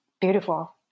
beautiful